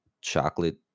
chocolate